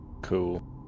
Cool